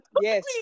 Yes